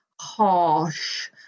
harsh